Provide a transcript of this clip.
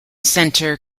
center